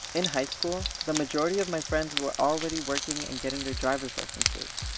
in high school, the majority of my friends were already working and getting their driver's licenses.